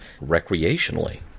recreationally